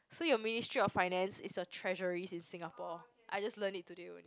so your Ministry of Finance is your treasury in Singapore I just learned it today only